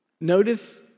Notice